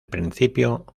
principio